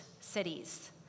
cities